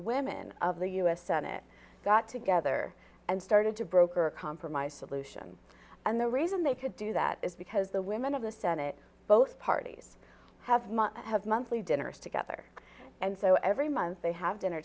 women of the u s senate got together and started to broker a compromise solution and the reason they could do that is because the women of the senate both parties have much have monthly dinners together and so every month they have dinner